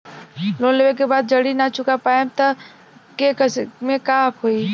Loan लेवे के बाद जड़ी ना चुका पाएं तब के केसमे का होई?